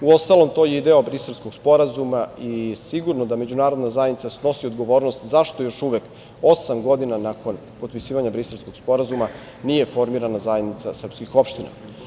Uostalom, to je i deo Briselskog sporazuma i sigurno da međunarodna zajednica snosi odgovornost zašto još uvek osam godina nakon potpisivanja Briselskog sporazuma nije formirana zajednica opština.